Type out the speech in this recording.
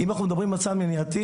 אם אנחנו מדברים על צעד מניעתי,